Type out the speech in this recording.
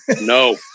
No